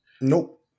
Nope